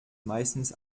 meistens